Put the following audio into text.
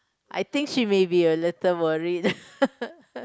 I think she may be a little worried